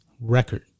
record